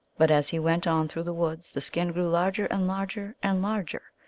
but as he went on through the woods the skin grew larger and larger and larger,